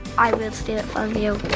i will steal it from you.